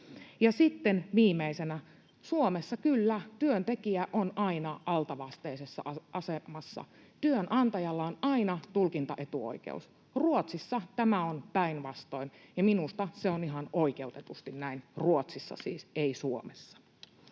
sitten viimeisenä: Suomessa, kyllä, työntekijä on aina altavastaajan asemassa. Työnantajalla on aina tulkintaetuoikeus. Ruotsissa tämä on päinvastoin, ja minusta se on ihan oikeutetusti näin — Ruotsissa siis, ei Suomessa.